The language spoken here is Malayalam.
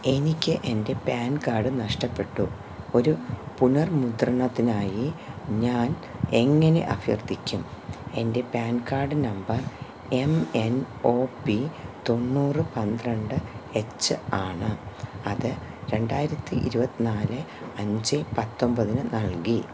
എനിക്ക് എന്റെ പാൻ കാഡ് നഷ്ടപ്പെട്ടു ഒരു പുനർ മുദ്രണത്തിനായി ഞാൻ എങ്ങനെ അഭ്യർത്ഥിക്കും എന്റെ പാൻ കാഡ് നമ്പർ എം എൻ ഒ പി തൊണ്ണൂറ് പന്ത്രണ്ട് എച്ച് ആണ് അത് രണ്ടായിരത്തി ഇരുപത്തിനാല് അഞ്ച് പത്തൊൻപതിനു നൽകി